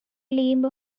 leave